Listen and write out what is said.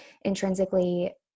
intrinsically